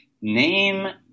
name